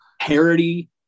parody